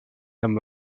hem